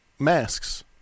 Masks